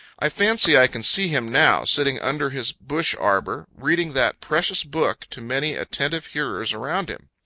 i fancy i can see him now sitting under his bush arbor, reading that precious book to many attentive hearers around him.